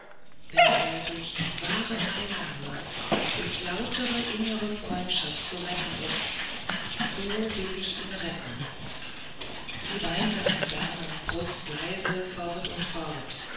wenn er durch warme teilnahme durch lautere innige freundschaft zu retten ist so will ich ihn retten sie weinte an berners brust leise fort und fort